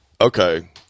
Okay